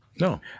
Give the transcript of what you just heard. No